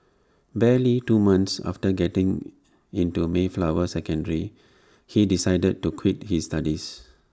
barely two months after getting into Mayflower secondary he decided to quit his studies